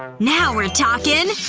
now we're talkin'!